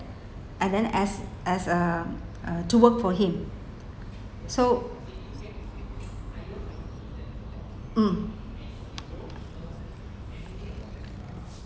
and then as as a a to work for him so mm